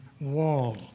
wall